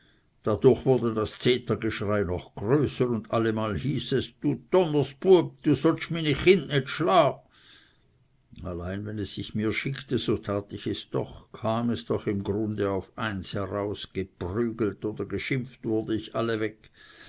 dadurch wurde das zetergeschrei noch größer und allemal hieß es du donnersbueb du sosch mr miner ching nit schlah allein wenn es sich mir schickte so tat ich es doch kam es doch im grunde auf eines heraus geprügelt oder geschimpft wurde ich allweg